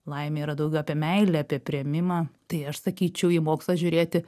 laimė yra daugiau apie meilę apie priėmimą tai aš sakyčiau į mokslą žiūrėti